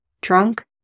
drunk